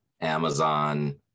Amazon